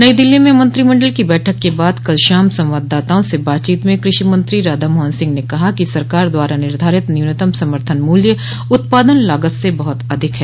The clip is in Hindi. नई दिल्ली में मंत्रिमंडल की बैठक के बाद कल शाम संवाददाताओं से बातचीत में कृषि मंत्री राधा मोहन सिंह ने कहा कि सरकार द्वारा निर्धारित न्यूनतम समर्थन मूल्य उत्पादन लागत से बहुत अधिक है